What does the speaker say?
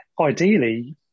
ideally